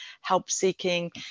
help-seeking